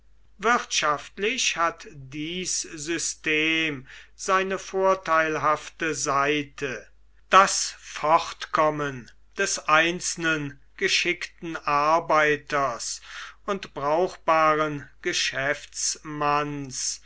wirtschaftlich hat dies system seine vorteilhafte seite das fortkommen des einzelnen geschickten arbeiters und brauchbaren